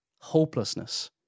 Hopelessness